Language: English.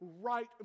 right